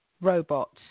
robots